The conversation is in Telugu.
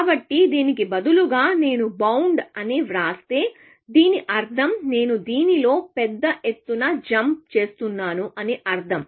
కాబట్టి దీనికి బదులుగా నేను బౌండ్ అని వ్రాస్తే దీని అర్థం నేను దీనిలో పెద్ద ఎత్తున జంప్ చేస్తున్నాను అని అర్ధం